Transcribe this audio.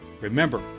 Remember